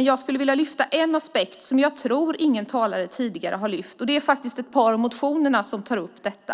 Jag vill lyfta upp en aspekt som jag tror att ingen av de tidigare talarna har lyft upp. Ett par av motionerna tar upp detta